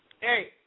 Hey